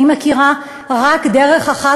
אני מכירה רק דרך אחת,